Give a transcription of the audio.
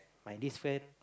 my this friend